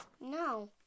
No